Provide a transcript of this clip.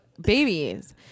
babies